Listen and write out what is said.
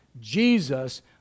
Jesus